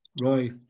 Roy